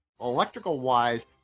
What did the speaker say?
electrical-wise